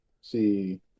see